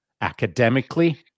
Academically